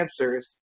answers